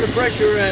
ah pressure and